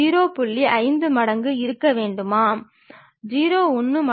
முதன்மையாக உள்ள கிடைமட்ட மற்றும் செங்குத்து தளங்கள் எப்பொழுதும் நிலையானவை